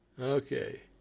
Okay